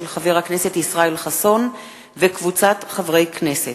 של חבר הכנסת ישראל חסון וקבוצת חברי הכנסת.